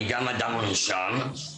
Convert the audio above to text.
אני אדם מונשם,